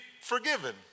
forgiven